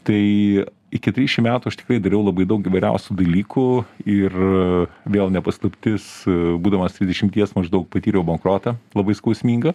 tai iki trišim metų aš tikrai turiu labai daug įvairiausių dalykų ir vėl ne paslaptis būdamas trisdešimties maždaug patyriau bankrotą labai skausmingą